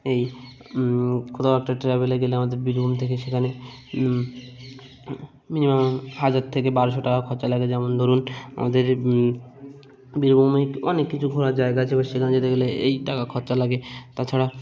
এই কোথাও একটা ট্রাভেলে গেলে আমাদের বীরভূম থেকে সেখানে মিনিমাম হাজার থেকে বারোশো টাকা খরচা লাগে যেমন ধরুন আমাদের বীরভূমে অনেক কিছু ঘোরার জায়গা আছে এবার সেখানে যেতে গেলে এই টাকা খরচা লাগে তাছাড়া